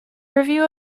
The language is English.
review